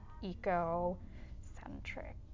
eco-centric